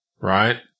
right